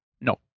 no